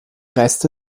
reste